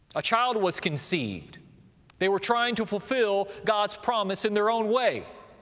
a child was conceived they were trying to fulfill god's promise in their own way.